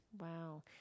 Wow